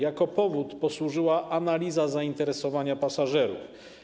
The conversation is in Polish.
Jako powód posłużyła analiza zainteresowania pasażerów.